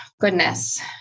goodness